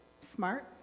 smart